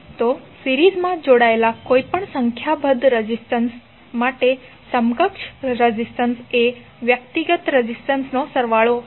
તો સિરીઝમાં જોડાયેલા કોઈપણ સંખ્યાબંધ રેઝિસ્ટન્સ માટે સમકક્ષ રેઝિસ્ટન્સ એ વ્યક્તિગત રેઝિસ્ટન્સનો સરવાળો હશે